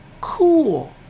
cool